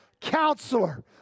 Counselor